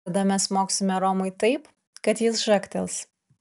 tada mes smogsime romui taip kad jis žagtels